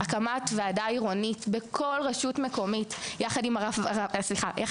הקמת ועדה עירונית בכל רשות מקומית יחד עם הרווחה,